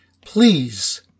please